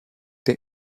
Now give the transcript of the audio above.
der